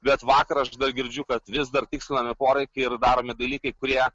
bet vakar aš dar girdžiu kad vis dar tikslinami poreikiai ir daromi dalykai kurie